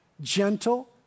gentle